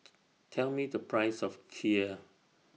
Tell Me The Price of Kheer